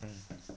mm